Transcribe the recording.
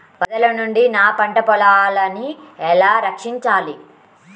వరదల నుండి నా పంట పొలాలని ఎలా రక్షించాలి?